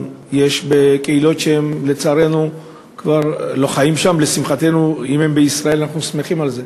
יש קהילות שלצערנו כבר לא חיות שם; אם הם בישראל אנחנו שמחים על זה.